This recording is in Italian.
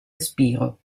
respiro